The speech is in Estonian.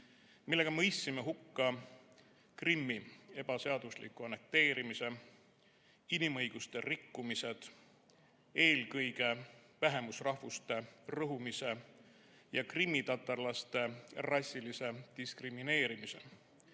millega mõistsime hukka Krimmi ebaseadusliku annekteerimise, inimõiguste rikkumised, eelkõige vähemusrahvuste rõhumise ja krimmitatarlaste rassilise diskrimineerimise